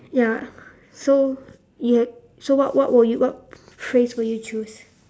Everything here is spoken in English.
ya so you so what what would you what phrase would you choose